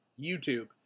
YouTube